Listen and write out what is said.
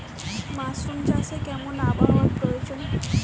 Mushroom চাষে কেমন আবহাওয়ার প্রয়োজন?